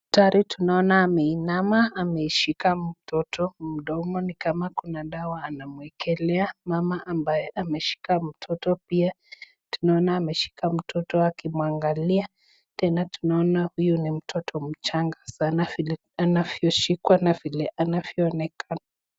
Daktari tunaona ameinama ameshika mtoto mdogo ni kama kuna dawa anamuekelea. Mama ambaye ameshika mtoto. Pia tunaona ameshika mtoto wake huku akimuangalia. Tena tunaona huyu ni mtoto mchanga vile anavyoshikwa na vile anavyo onekana.